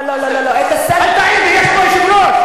אל תעיר לי, יש פה יושב-ראש.